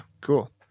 Cool